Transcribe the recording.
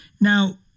Now